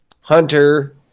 Hunter